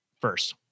first